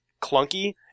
clunky